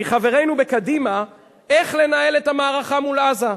מחברינו בקדימה, איך לנהל את המערכה בעזה.